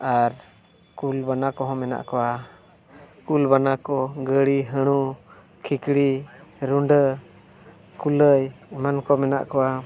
ᱟᱨ ᱠᱩᱞ ᱵᱟᱱᱟ ᱠᱚᱦᱚᱸ ᱢᱮᱱᱟᱜ ᱠᱚᱣᱟ ᱠᱩᱞ ᱵᱟᱱᱟ ᱠᱚ ᱜᱟᱹᱲᱤ ᱦᱟᱹᱲᱩ ᱠᱷᱤᱠᱲᱤ ᱨᱩᱰᱟᱹ ᱠᱩᱞᱟᱹᱭ ᱮᱢᱟᱱ ᱠᱚ ᱢᱮᱱᱟᱜ ᱠᱚᱣᱟ